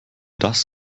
das